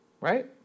right